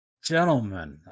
gentlemen